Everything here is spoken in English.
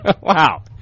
Wow